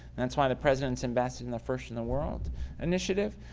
that's why the president's invested in the first in the world initiative,